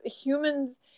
humans